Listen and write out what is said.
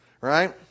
Right